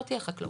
לא תהיה חקלאות.